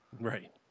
Right